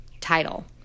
title